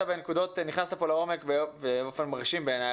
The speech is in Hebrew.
נכנסת פה לעומק באופן מרשים בעיני,